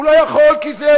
הוא לא יכול כי זה,